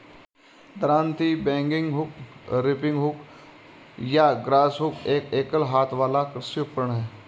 दरांती, bagging hook, reaping hook या grass hook एक एकल हाथ वाला कृषि उपकरण है